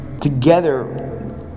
together